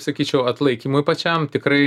sakyčiau atlaikymui pačiam tikrai